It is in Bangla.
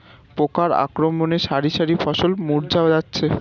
পোকার আক্রমণে শারি শারি ফসল মূর্ছা যাচ্ছে